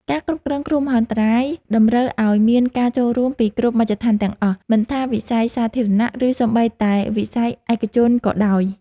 ការគ្រប់គ្រងគ្រោះមហន្តរាយតម្រូវឱ្យមានការចូលរួមពីគ្រប់មជ្ឈដ្ឋានទាំងអស់ មិនថាវិស័យសាធារណៈ ឬសូម្បីតែវិស័យឯកជនក៏ដោយ។